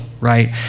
right